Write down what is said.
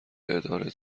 اداره